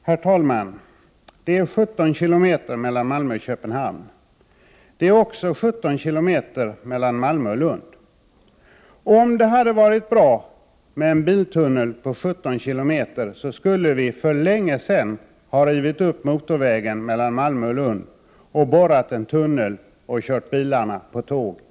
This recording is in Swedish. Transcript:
Herr talman! Det är 17 kilometer mellan Malmö och Köpenhamn. Det är också 17 kilometer mellan Malmö och Lund. Om det hade varit bra med en biltunnel på 17 kilometer så skulle vi för länge sedan ha rivit upp motorvägen mellan Malmö och Lund och borrat en tunnel, så att vi skulle ha kunnat köra bilarna på tåg.